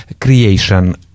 Creation